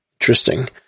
Interesting